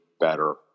better